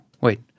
Wait